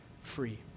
free